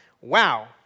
Wow